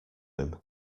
him